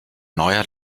neuer